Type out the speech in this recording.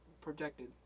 projected